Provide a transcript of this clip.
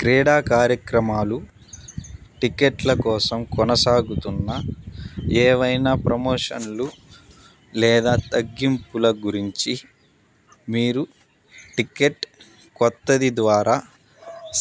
క్రీడా కార్యక్రమాలు టిక్కెట్ల కోసం కొనసాగుతున్న ఏవైనా ప్రమోషన్లు లేదా తగ్గింపుల గురించి మీరు టిక్కెట్ కొత్తది ద్వారా